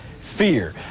fear